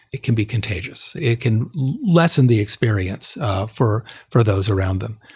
it can be contagious. it can lessen the experience for for those around them.